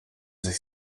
sich